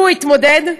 זה מפריע.